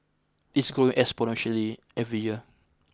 it's growing exponentially every year